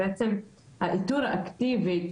בעצם האיתור האקטיבי,